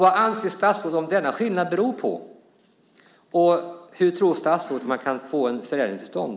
Vad anser statsrådet att denna skillnad beror på och hur tror statsrådet att man kan få en förändring till stånd?